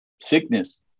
sickness